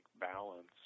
balance